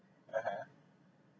(uh huh)